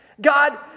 God